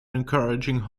encouraging